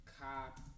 cop